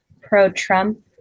pro-trump